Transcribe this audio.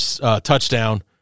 touchdown